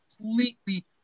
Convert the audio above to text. completely